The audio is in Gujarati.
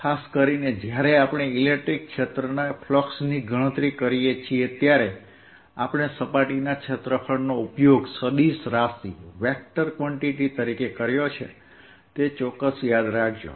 ખાસ કરીને જ્યારે આપણે ઇલેક્ટ્રિક ક્ષેત્રના ફ્લક્સની ગણતરી કરીએ છીએ ત્યારે આપણે સપાટીના ક્ષેત્રફળનો ઉપયોગ સદિશ રાશિ તરીકે કર્યો છે તે ચોક્કસ યાદ રાખજો